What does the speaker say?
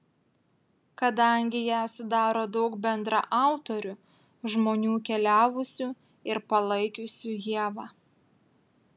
kadangi ją sudaro daug bendraautorių žmonių keliavusių ir palaikiusių ievą